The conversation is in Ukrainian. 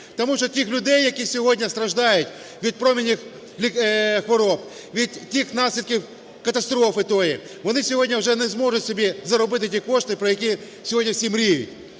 тому що ті люди, які сьогодні страждають від промен… хвороб, від тих наслідків катастрофи тої, вони сьогодні вже не зможуть собі заробити ті кошти, про які сьогодні всі мріють.